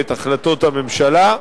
ואת החלטות הממשלה.